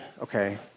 okay